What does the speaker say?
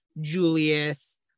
Julius